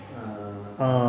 err